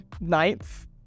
ninth